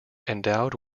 endowed